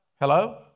Hello